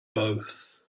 both